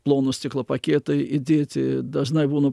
plono stiklo paketai įdėti dažnai būna